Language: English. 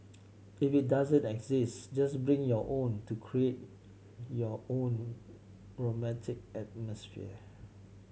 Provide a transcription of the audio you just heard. if it doesn't exist just bring your own to create your own romantic atmosphere